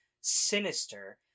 sinister